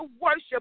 worship